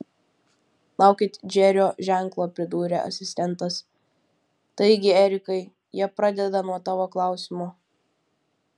laukit džerio ženklo pridūrė asistentas taigi erikai jie pradeda nuo tavo klausimo